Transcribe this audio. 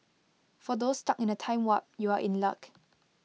for those stuck in A time warp you are in luck